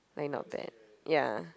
like not bad ya